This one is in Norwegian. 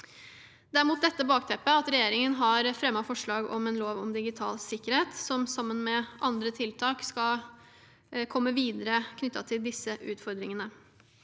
Det er mot dette bakteppet at regjeringen har fremmet forslag til lov om digital sikkerhet, sammen med andre tiltak, som gjør at man kommer videre knyttet til disse utfordringene.